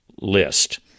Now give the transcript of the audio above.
list